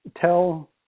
tell